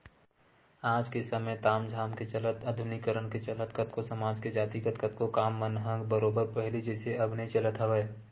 आज के समे ताम झाम के चलत आधुनिकीकरन के चलत कतको समाज के जातिगत कतको काम मन ह बरोबर पहिली जइसे अब नइ चलत हवय